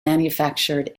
manufactured